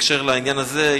בהקשר לעניין הזה,